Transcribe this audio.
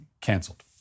canceled